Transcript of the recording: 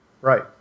Right